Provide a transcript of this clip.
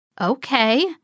Okay